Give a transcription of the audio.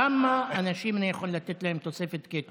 לכמה אנשים אני יכול לתת תוספת קטי?